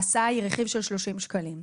ההסעה היא רכיב של 30 שקלים.